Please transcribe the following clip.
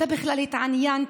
אתה בכלל התעניינת,